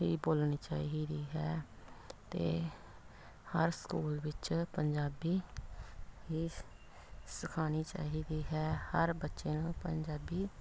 ਹੀ ਬੋਲਣੀ ਚਾਹੀਦੀ ਹੈ ਅਤੇ ਹਰ ਸਕੂਲ ਵਿੱਚ ਪੰਜਾਬੀ ਹੀ ਸਿਖਾਉਣੀ ਚਾਹੀਦੀ ਹੈ ਹਰ ਬੱਚੇ ਨੂੰ ਪੰਜਾਬੀ